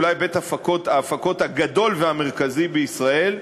אולי בית ההפקות הגדול והמרכזי בישראל,